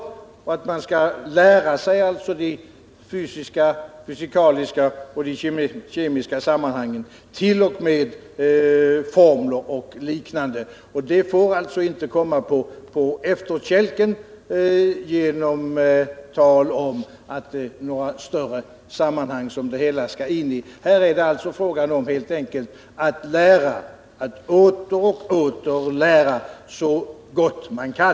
Man måste alltså lära sig de fysikaliska och kemiska sammanhangen,t.o.m. formler och liknande. Detta får inte komma på efterkälken genom tal om att det hela skall in i ett större sammanhang. Här är det fråga om att helt enkelt lära sig, att åter och åter lära så gott man kan.